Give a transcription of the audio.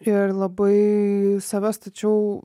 ir labai savęs tačiau